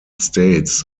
states